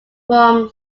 from